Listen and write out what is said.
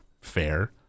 fair